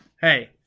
Hey